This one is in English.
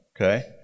Okay